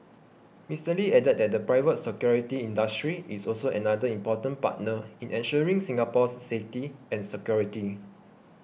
Mister Lee added that the private security industry is also another important partner in ensuring Singapore's safety and security